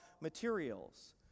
materials